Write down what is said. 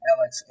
Alex